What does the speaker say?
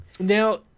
Now